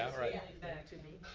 i mean back to b.